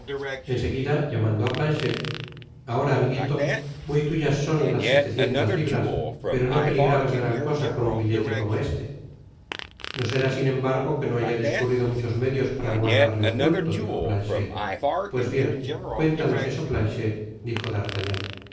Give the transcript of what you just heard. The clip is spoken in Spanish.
seguida llamando á planchet ahora amiguito muy tuyas son las setecientas libras pero no peligrabas gran cosa con un billete como este no será sin embargo que no haya discurrido muchos medios para guardarle oculto dijo planchet pues bien cuéntanos eso planchet dijo d'artagnan